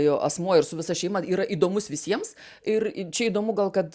jo asmuo ir su visa šeima yra įdomus visiems ir čia įdomu gal kad